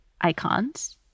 icons